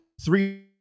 three